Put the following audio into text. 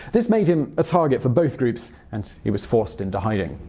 this made him a target for both groups and he was forced into hiding.